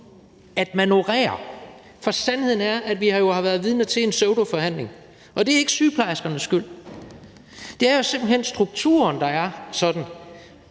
at manøvrere. For sandheden er, at vi jo har været vidner til en pseudoforhandling, og det er ikke sygeplejerskernes skyld. Det er simpelt hen strukturen, der er sådan,